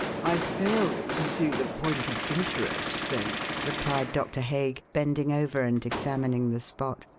i fail to see the point of interest, then, replied doctor hague, bending over and examining the spot.